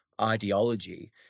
ideology